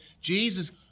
Jesus